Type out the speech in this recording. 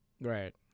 Right